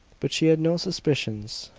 but she had no suspicions.